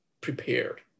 prepared